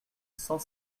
cent